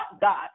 God